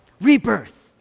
Rebirth